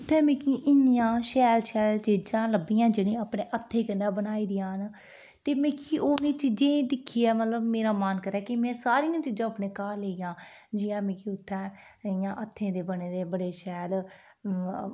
उत्थे मिकी इन्नियां शैल शैल चीजां लब्बिया जेहड़ियां अपने हत्थें कन्नै बनाई दियां ना ते मिकी ओह् उनेंगी चीजें गी दिक्खियै मतलब मेरा मन करै कि में सारियां चीजां अपने घर लेई जां जियां मिकी उत्थे इ'यां हत्थे दे बने दे बड़े शैल